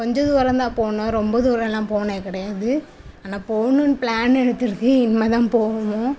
கொஞ்ச தூரம் தான் போனோம் ரொம்ப தூரமெலாம் போனது கிடையாது ஆனால் போகணுன் ப்ளான் எடுத்திருக்கு இனிமே தான் போகணும்